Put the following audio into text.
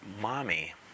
Mommy